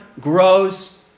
grows